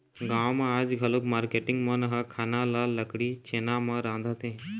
गाँव म आज घलोक मारकेटिंग मन ह खाना ल लकड़ी, छेना म रांधथे